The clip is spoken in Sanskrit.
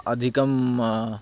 अधिकं